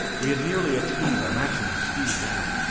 we had nearly attained our maximum speed now.